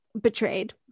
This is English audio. betrayed